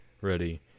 ready